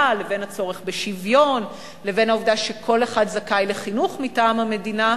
לבין הצורך בשוויון לבין העובדה שכל אחד זכאי לחינוך מטעם המדינה,